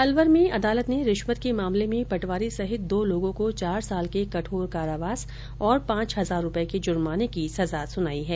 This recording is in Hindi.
अलवर में अदालत ने रिश्वत के मामले में पटवारी सहित दो लोगों को चार साल के कठोर कारावास और पांच हजार रुपए के जुर्माने की सजा सुनाई हैं